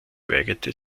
weigerte